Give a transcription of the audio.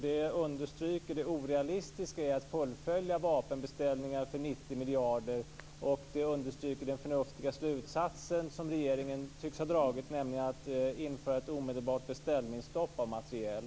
Det understryker det orealistiska i att fullfölja vapenbeställningar för 90 miljarder, och det understryker den förnuftiga slutsats som regeringen tycks ha dragit, nämligen att införa ett omedelbart beställningsstopp för materiel.